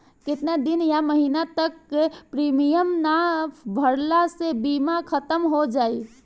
केतना दिन या महीना तक प्रीमियम ना भरला से बीमा ख़तम हो जायी?